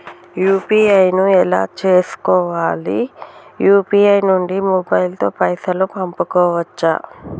UPI ను ఎలా చేస్కోవాలి యూ.పీ.ఐ నుండి మొబైల్ తో పైసల్ పంపుకోవచ్చా?